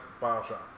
Bioshock